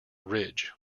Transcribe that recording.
ridge